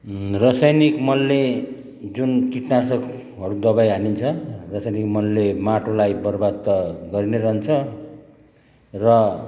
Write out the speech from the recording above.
रासायनिक मलले जुन कीटनाशकहरू दबाई हालिन्छ रासायनिक मलले माटोलाई बरबाद त गरि नै रहन्छ र